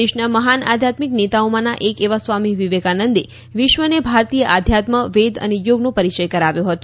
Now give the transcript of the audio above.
દેશના મહાન આધ્યાત્મિક નેતાઓમાંના એક એવા સ્વામી વિવેકાનંદ વિશ્વને ભારતીય આધ્યાત્મ વેદ અને યોગનો પરિચય કરાવ્યો હતો